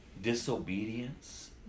Disobedience